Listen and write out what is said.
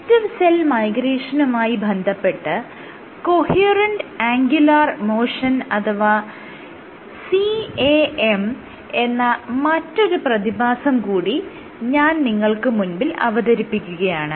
collective cell മൈഗ്രേഷനുമായി ബന്ധപ്പെട്ട് coherent angular motion അഥവാ CAM എന്ന മറ്റൊരു പ്രതിഭാസം കൂടി ഞാൻ നിങ്ങൾക്ക് മുൻപിൽ അവതരിപ്പിക്കുകയാണ്